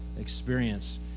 experience